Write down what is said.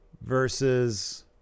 versus